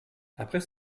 après